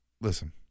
Listen